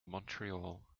montreal